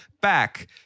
back